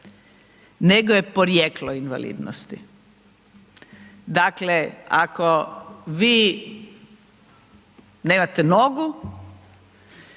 nego je porijeklo invalidnosti. Dakle, ako vi nemate nogu,